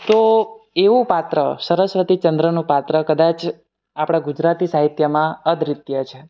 તો એવું પાત્ર સરસ્વતી ચંદ્રનું પાત્ર કદાચ આપણા ગુજરાતી સાહિત્યમા અદ્વિતીય છે